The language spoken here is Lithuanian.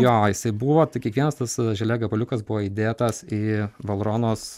jo jisai buvo tai kiekvienas tas želė gabaliukas buvo įdėtas į valronos